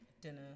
Dinner